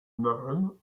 known